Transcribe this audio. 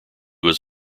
was